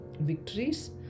victories